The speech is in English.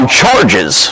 charges